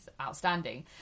outstanding